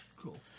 Cool